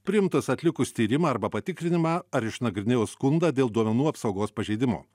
priimtus atlikus tyrimą arba patikrinimą ar išnagrinėjo skundą dėl duomenų apsaugos pažeidimo